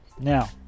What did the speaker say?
now